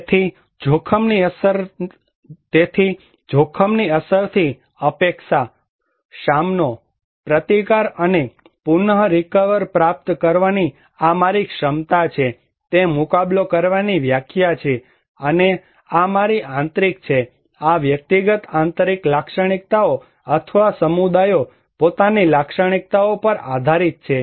તેથી જોખમની અસરથી અપેક્ષા સામનો પ્રતિકાર અને પુનરીકવર પ્રાપ્ત કરવાની આ મારી ક્ષમતા છે તે મુકાબલો કરવાની વ્યાખ્યા છે અને આ મારી આંતરિક છે આ વ્યક્તિગત આંતરિક લાક્ષણિકતાઓ અથવા સમુદાયોની પોતાની લાક્ષણિકતાઓ પર આધારિત છે